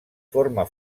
forma